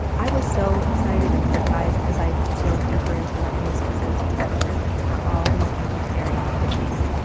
i was so excited and surprised as i dove deeper into lebanese cuisine to discover that there are all these vegetarian kibbehs.